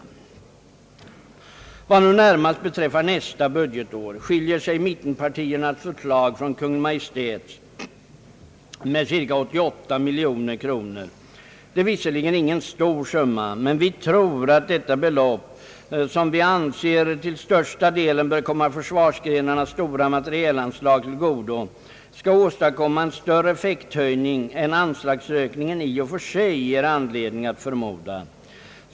Vad nu närmast beträffar nästa budgetår skiljer sig mittenpartiernas förslag från Kungl. Maj:ts med cirka 88 miljoner kronor. Det är visserligen ingen stor summa, men vi tror att detta belopp — som vi anser till största delen bör komma försvarsgrenarnas stora materielanslag till godo — skall åstadkomma en större effekthöjning än anslagsökningen i och för sig ger anledning förmoda.